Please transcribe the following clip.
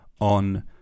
on